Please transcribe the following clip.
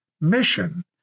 mission